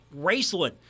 Raceland